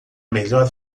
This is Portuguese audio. melhor